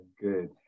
good